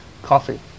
coffee